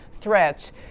threats